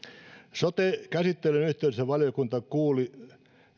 sote käsittelyn yhteydessä valiokunta kuuli